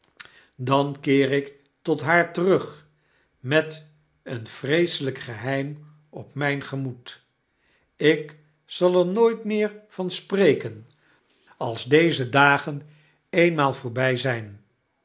dan keer ik tot haar terug met een vreeselyk geheim op mijn gemoed ik zal er nooit meer van spreken als deze dagen eenmaal voorbi een